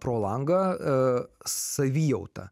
pro langą savijautą